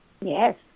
Yes